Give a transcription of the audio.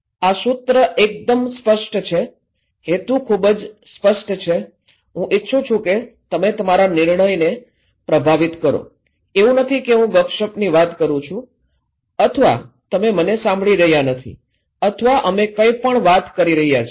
આ સૂત્ર એકદમ સ્પષ્ટ છે હેતુ ખૂબ સ્પષ્ટ છે હું ઇચ્છું છું કે તમે તમારા નિર્ણયને પ્રભાવિત કરો એવું નથી કે હું ગપસપની વાત કરું છું અથવા તમે મને સાંભળી રહ્યા નથી અથવા અમે કંઇપણ વાત કરી રહ્યા છીએ